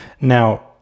Now